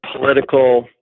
political